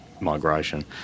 migration